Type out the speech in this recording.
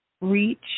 Reach